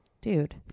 Dude